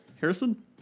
Harrison